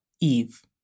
Eve